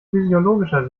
physiologischer